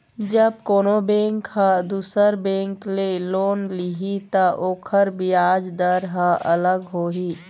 जब कोनो बेंक ह दुसर बेंक ले लोन लिही त ओखर बियाज दर ह अलग होही